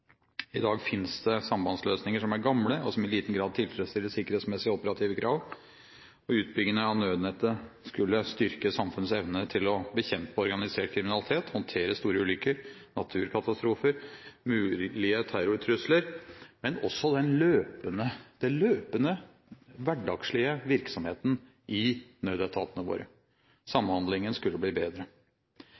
I dag finnes det sambandsløsninger som er gamle, og som i liten grad tilfredsstiller sikkerhetsmessige og operative krav. Utbyggingen av nødnettet skulle styrke samfunnets evne til å bekjempe organisert kriminalitet og håndtere store ulykker, naturkatastrofer og mulige terrortrusler, men også den løpende, hverdagslige virksomheten i nødetatene våre – samhandlingen – skulle bli bedre.